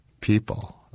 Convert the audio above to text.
people